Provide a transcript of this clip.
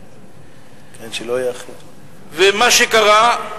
מה שקרה הוא